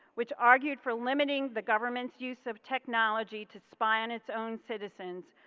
which argued for limiting the government's use of technology to spy on its own citizens,